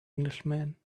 englishman